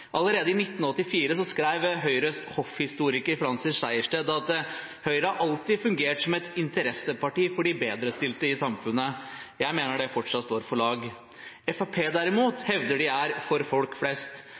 Allerede i 1984 skrev Høyres hoffhistoriker Francis Sejersted at Høyre alltid har fungert som et interesseparti for de bedrestilte i samfunnet. Jeg mener det fortsatt står ved lag. Fremskrittspartiet, derimot, hevder de er for